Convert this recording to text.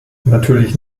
natürlich